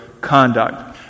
conduct